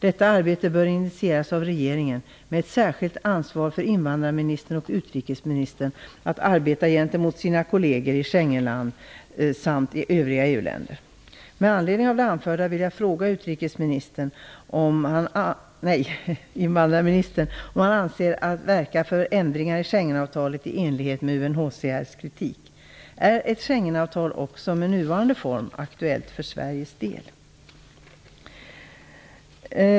Detta arbete bör initieras av regeringen med ett särskilt ansvar för invandrarministern och utrikesministern att arbeta gentemot sina kolleger i Schengenländerna samt i övriga EU Med anledning av det anförda vill jag fråga invandrarministern om han avser att verka för ändringar i Schengenavtalet i enlighet med UNHCR:s kritik. Är ett Schengenavtal också med nuvarande form aktuellt för Sveriges del?